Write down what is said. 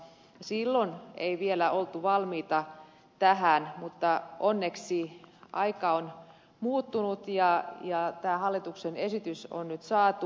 silloin ei vielä oltu valmiita tähän mutta onneksi aika on muuttunut ja tämä hallituksen esitys on nyt saatu